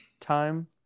Time